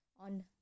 on